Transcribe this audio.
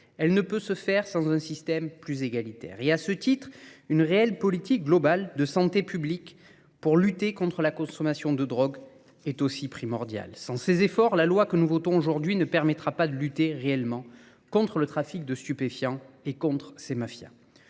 elle ne peut se faire sans un système plus égalitaire. Et à ce titre, une réelle politique globale de santé publique pour lutter contre la consommation de drogue est aussi primordiale. Sans ces efforts, la loi que nous votons aujourd'hui ne permettra pas de lutter réellement contre le trafic de stupéfiants et contre ces mafias.